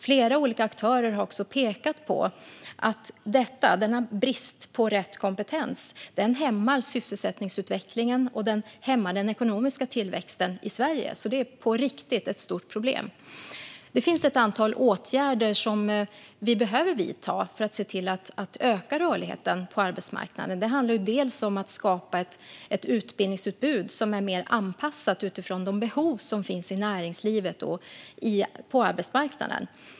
Flera olika aktörer har pekat på att denna brist hämmar sysselsättningsutvecklingen och den ekonomiska tillväxten i Sverige. Detta är alltså på riktigt ett stort problem. Det finns ett antal åtgärder som vi behöver vidta för att öka rörligheten på arbetsmarknaden. Det handlar om att skapa ett utbildningsutbud som är mer anpassat efter de behov som finns i näringslivet och på arbetsmarknaden.